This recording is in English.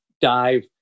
dive